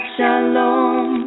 Shalom